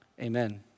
amen